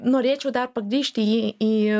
norėčiau dar pagrįžti į į